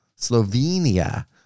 Slovenia